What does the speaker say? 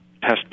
test